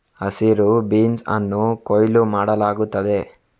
ಹಸಿರು ಬೀನ್ಸ್ ಅನ್ನು ಕೊಯ್ಲು ಮಾಡಲಾಗುತ್ತದೆ